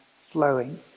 flowing